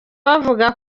bavuga